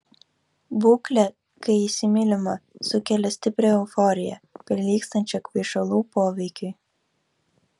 būklė kai įsimylima sukelia stiprią euforiją prilygstančią kvaišalų poveikiui